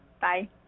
Bye